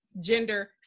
gender